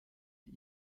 die